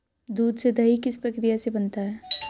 दूध से दही किस प्रक्रिया से बनता है?